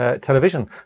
television